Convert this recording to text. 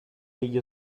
degli